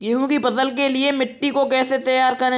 गेहूँ की फसल के लिए मिट्टी को कैसे तैयार करें?